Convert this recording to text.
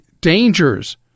dangers